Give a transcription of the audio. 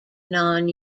non